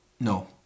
no